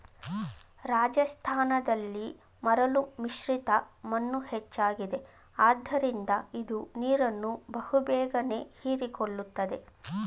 ರಾಜಸ್ಥಾನದಲ್ಲಿ ಮರಳು ಮಿಶ್ರಿತ ಮಣ್ಣು ಹೆಚ್ಚಾಗಿದೆ ಆದ್ದರಿಂದ ಇದು ನೀರನ್ನು ಬಹು ಬೇಗನೆ ಹೀರಿಕೊಳ್ಳುತ್ತದೆ